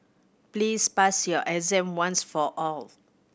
please pass your exam once for all